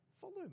follow